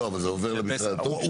אבל זה עובר למשרד הדתות?